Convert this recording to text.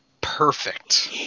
Perfect